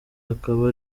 akaba